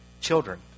children